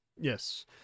yes